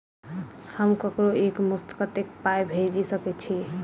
हम ककरो एक मुस्त कत्तेक पाई भेजि सकय छी?